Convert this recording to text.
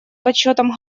подсчётом